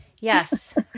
Yes